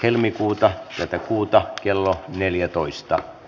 helmikuuta heti kuuta kello neljätoista